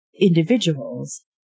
individuals